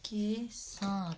के साथ